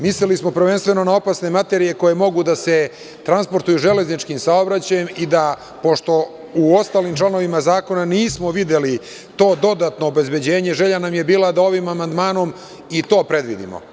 Mislili smo prvenstveno na opasne materije koje mogu da se transportuju železničkim saobraćajem i pošto u ostalim članovima zakona nismo videli to dodatno obezbeđenje, želja nam je bila da ovim amandmanom i to predvidimo.